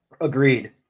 Agreed